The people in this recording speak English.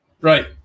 Right